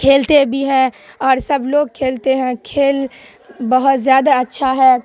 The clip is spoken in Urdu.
کھیلتے بھی ہیں اور سب لوگ کھیلتے ہیں کھیل بہت زیادہ اچھا ہے